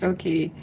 Okay